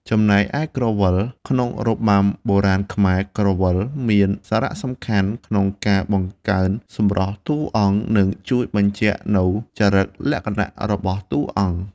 ចំណែកឯក្រវិល ក្នុងរបាំបុរាណខ្មែរ ក្រវិលមានសារៈសំខាន់ក្នុងការបង្កើនសម្រស់តួអង្គ និងជួយបញ្ជាក់នូវចរិតលក្ខណៈរបស់តួអង្គ។